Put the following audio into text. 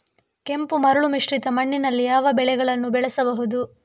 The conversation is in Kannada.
ಕೆಂಪು ಮರಳು ಮಿಶ್ರಿತ ಮಣ್ಣಿನಲ್ಲಿ ಯಾವ ಬೆಳೆಗಳನ್ನು ಬೆಳೆಸಬಹುದು?